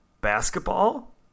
basketball